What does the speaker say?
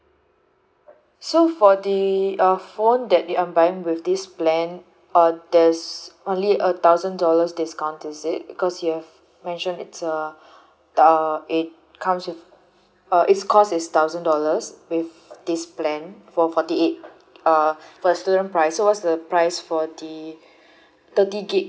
so for the uh phone that the I'm buying with this plan uh there's only a thousand dollars discount is it because you have mentioned it's a uh it comes with uh it's cost is thousand dollars with this plan for forty eight uh per student price so what's the price for the thirty gig